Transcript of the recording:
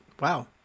Wow